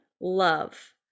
love